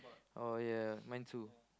oh ya mine too